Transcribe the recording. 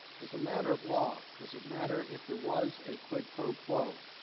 as a matter of law, does it matter if there was a quid pro quo,